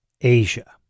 Asia